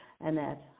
Annette